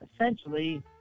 essentially